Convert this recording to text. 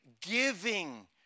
giving